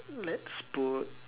let's put